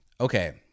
okay